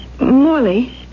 Morley